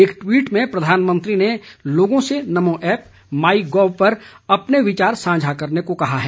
एक ट्वीट में प्रधानमंत्री ने लोगों से नमो ऐप माइ गॉव पर अपने विचार साझा करने को कहा है